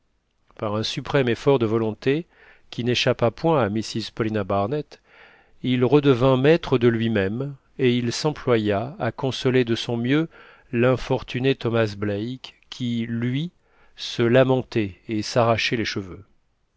par un suprême effort de volonté qui n'échappa point à mrs paulina barnett il redevint maître de lui-même et il s'employa à consoler de son mieux l'infortuné thomas black qui lui se lamentait et s'arrachait les cheveux